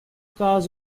cars